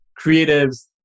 creatives